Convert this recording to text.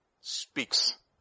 speaks